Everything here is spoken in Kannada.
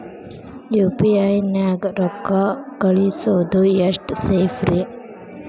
ಯು.ಪಿ.ಐ ನ್ಯಾಗ ರೊಕ್ಕ ಕಳಿಸೋದು ಎಷ್ಟ ಸೇಫ್ ರೇ?